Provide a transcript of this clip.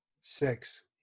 Six